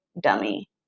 dummy